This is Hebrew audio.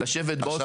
לשבת באוטו.